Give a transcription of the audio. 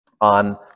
on